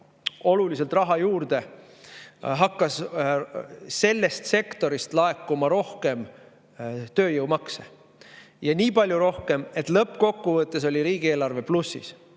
oluliselt raha juurde, hakkas sektorist laekuma rohkem tööjõumakse, ja nii palju rohkem, et lõppkokkuvõttes oli riigieelarve plussis. See